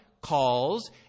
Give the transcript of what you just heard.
calls